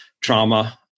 trauma